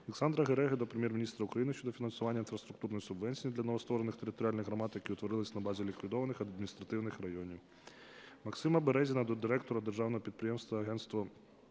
Олександра Гереги до Прем'єр-міністра України щодо фінансування інфраструктурної субвенції для новостворених територіальних громад, які утворилися на базі ліквідованих адміністративних районів. Максима Березіна до директора Державного підприємства "Агентство